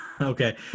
okay